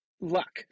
luck